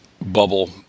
bubble